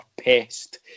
pest